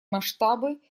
масштабы